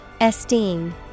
Esteem